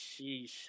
Sheesh